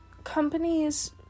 Companies